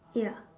ya